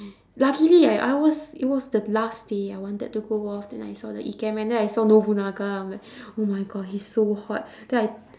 luckily I I was it was the last day I wanted to go off then I saw the ikemen then I saw nobunaga I'm like oh my god he's so hot then I